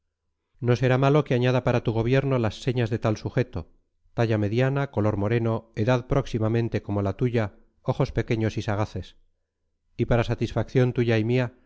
no será malo que añada para tu gobierno las señas del tal sujeto talla mediana color moreno edad próximamente como la tuya ojos pequeños y sagaces y para satisfacción tuya y mía